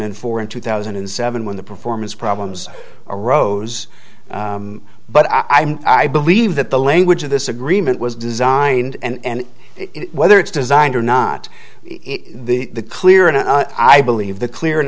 and four and two thousand and seven when the performance problems arose but i'm i believe that the language of this agreement was designed and whether it's designed or not in the clear and i believe the clear and